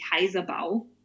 Kaiserbau